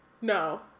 No